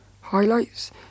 highlights